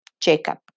Jacob